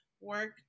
work